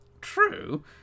True